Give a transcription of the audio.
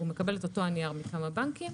מכמה בנקים,